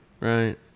right